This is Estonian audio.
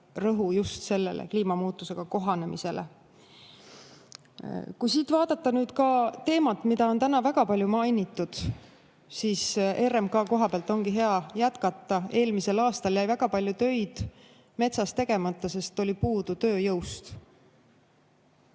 just kliimamuutusega kohanemisele. Kui siit edasi vaadata nüüd teemat, mida on täna väga palju mainitud, siis RMK koha pealt ongi hea jätkata. Eelmisel aastal jäi väga palju töid metsas tegemata, sest oli puudu tööjõust.